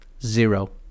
Zero